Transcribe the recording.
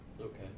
okay